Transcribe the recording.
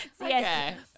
Yes